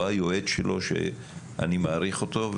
לא היועץ שלו שאני מעריך אותו,